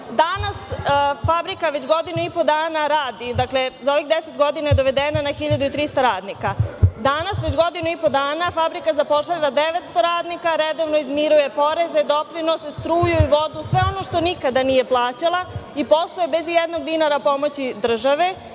fabrika već godinu i po dana radi, dakle, za ovih 10 godina je dovedena na 1.300 radnika. Danas, već godinu i po dana, fabrika zapošljava 900 radnika, redovno izmiruje poreze, doprinose, struju i vodu, sve ono što nikada nije plaćala i posluje bez ijednog dinara pomoći države.